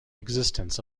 existence